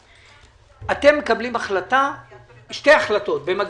אתם מקבלים שתי החלטות במקביל: